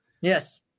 Yes